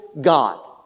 God